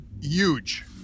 Huge